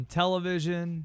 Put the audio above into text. television